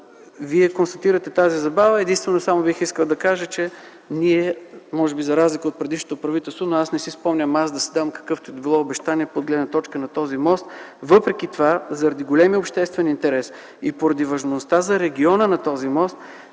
Вие констатирате тази забава. Единствено бих искал да кажа, че ние, може би за разлика от предишното правителство, но не си спомням аз да съм давал каквито и да било обещания от гледна точка на този мост. Въпреки това заради големия обществен интерес и поради важността на този мост